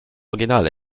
original